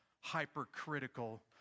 hypercritical